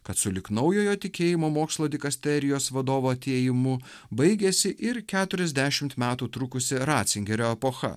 kad sulig naujojo tikėjimo mokslo dikasterijos vadovo atėjimu baigėsi ir keturiasdešimt metų trukusi ratzingerio epocha